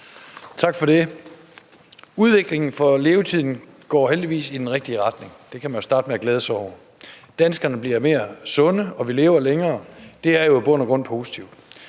Tak for det. Udviklingen i levetid går heldigvis i den rigtige retning, det kan man jo starte med at glæde sig over. Danskerne bliver mere sunde, og vi lever længere. Det er i bund og grund positivt.